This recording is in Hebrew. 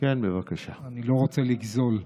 אני לא רוצה לגזול.